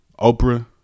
Oprah